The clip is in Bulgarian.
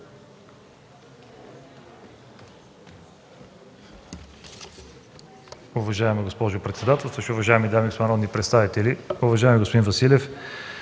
Уважаема госпожо председател, уважаеми дами и господа народни представители! Уважаеми господин Василев,